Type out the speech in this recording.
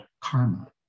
karma